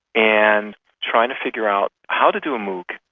and trying to figure out how to do a mooc,